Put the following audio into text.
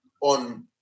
on